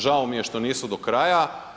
Žao mi je što nisu do kraja.